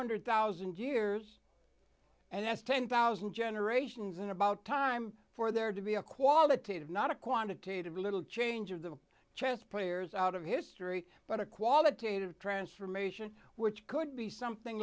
hundred thousand years and that's ten thousand generations and about time for there to be a qualitative not a quantitative little change of the chess players out of history but a qualitative transformation which could be something